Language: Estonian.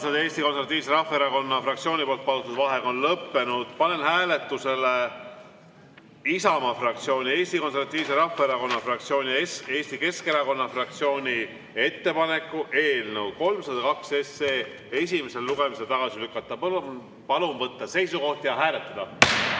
Eesti Konservatiivse Rahvaerakonna fraktsiooni palutud vaheaeg on lõppenud. Panen hääletusele Isamaa fraktsiooni ja Eesti Konservatiivse Rahvaerakonna fraktsiooni ja Eesti Keskerakonna fraktsiooni ettepaneku eelnõu 302 esimesel lugemisel tagasi lükata. Palun võtta seisukoht ja hääletada!